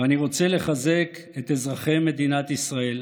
אני רוצה לחזק את אזרחי מדינת ישראל,